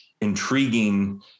intriguing